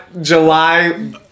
July